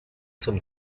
zum